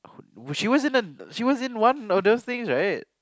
who she was in a she was in one of those things right